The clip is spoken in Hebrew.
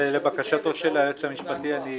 לבקשתו של היועץ המשפטי, אני